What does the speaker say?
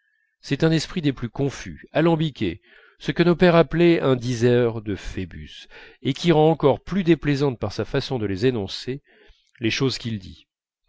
c'est un esprit des plus confus alambiqué ce que nos pères appelaient un diseur de phébus et qui rend encore plus déplaisantes par sa façon de les énoncer les choses qu'il dit